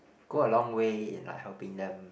go a long way in like helping them